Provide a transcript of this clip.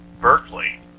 Berkeley